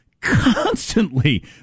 constantly